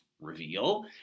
reveal